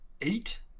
Eight